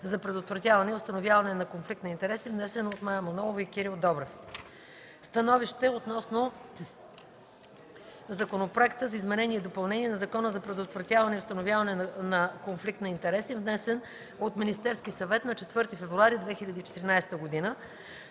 за предотвратяване и установяване на конфликт на интереси, внесен от Мая Манолова и Кирил Добрев.” „СТАНОВИЩЕ относно Законопроекта за изменение и допълнение на Закона за предотвратяване и установяване на конфликт на интереси, внесен от Министерския съвет на 4 февруари 2014 г. На